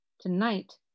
Tonight-